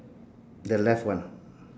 the left one